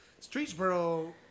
Streetsboro